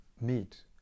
meet